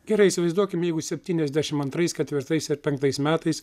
gerai įsivaizduokim jeigu septyniasdešimt antrais ketvirtais ar penktais metais